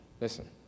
Listen